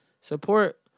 Support